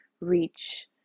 reach